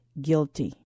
guilty